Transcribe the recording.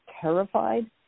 terrified